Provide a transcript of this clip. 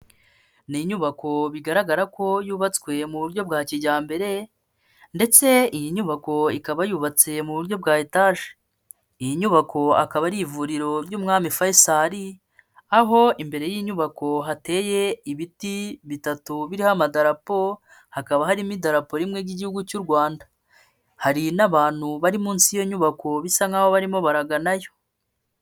Ni inyubako bigaragara ko yubatswe mu buryo bwa kijyambere ndetse iyi nyubako ikaba yubatse mu buryo bwa etaje, iyi nyubako akaba ari ivuriro ry'Umwami Faisal, aho imbere y'iyi nyubako hateye ibiti bitatu biriho amarapo, hakaba harimo idarapo rimwe ry'igihugu cy'u Rwanda. Hari n'abantu bari munsi y'iyo nyubako bisa nk'aho barimo baraganayo.